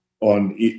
On